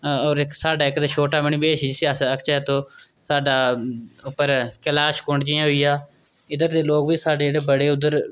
होर इक साढ़ा ते इक छोटा मणिमहेश जिसी अस आखचै तो साढ़ा उप्पर कैलाश कुंड जि'यां होई गेआ इद्धर दे लोक बी साढ़े बड़े उद्धर